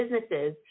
businesses